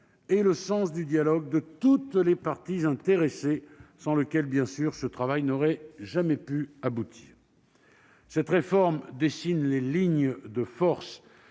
et le sens du dialogue de toutes les parties intéressées, sans lesquelles ce travail n'aurait jamais pu aboutir. Cette réforme dessine des lignes de force